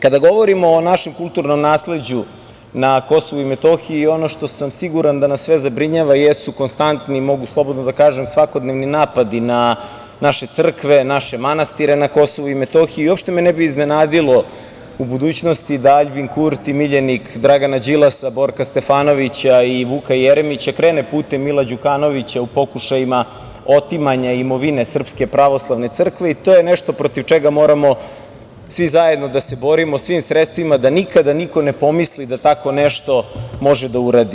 Kada govorimo o našem kulturnom nasleđu na Kosovu i Metohiji, ono što sam siguran da nas sve zabrinjava jesu konstantni i mogu slobodno da kažem svakodnevni napadi na naše crkve, naše manastire na Kosovu i Metohiji i uopšte me ne bi iznenadilo u budućnosti da Aljbin Kurti, miljenik Dragana Đilasa, Borka Stefanovića i Vuka Jeremića, krene putem Mila Đukanovića u pokušajima otimanja imovine SPC, i to je nešto protiv čega moramo svi zajedno da se borimo svim sredstvima da nikada niko ne pomisli da tako nešto može da uradi.